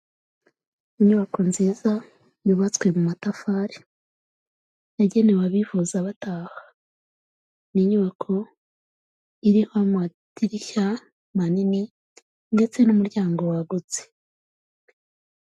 Inyubako nziza yubatswe mu matafari yagenewe abivuza bataha, ni inyubako iriho amadirishya manini ndetse n'umuryango wagutse.